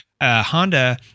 Honda